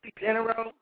General